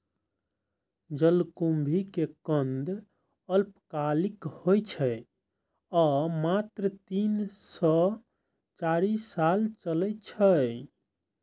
जलकुंभी के कंद अल्पकालिक होइ छै आ मात्र तीन सं चारि साल चलै छै